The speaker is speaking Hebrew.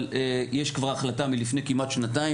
אבל יש כבר החלטה מלפני כמעט שנתיים,